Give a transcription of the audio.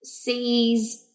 sees